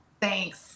Thanks